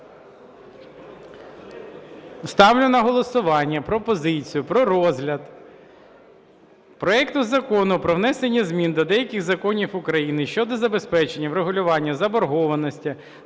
Ставлю на голосування пропозицію про розгляд проекту Закону про внесення змін до деяких законів України щодо забезпечення врегулювання заборгованості